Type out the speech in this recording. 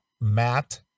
Matt